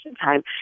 time